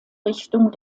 richtung